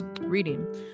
reading